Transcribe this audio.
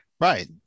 Right